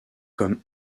comme